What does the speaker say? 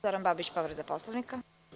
Zoran Babić, povreda Poslovnika.